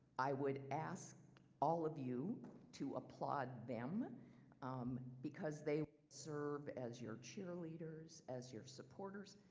i would ask all of you to applaud them um because they serve as your cheerleaders, as your supporters,